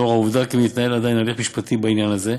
לאור העובדה כי מתנהל עדיין הליך משפטי בעניין זה,